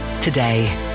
today